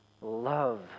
love